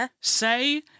say